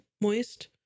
moist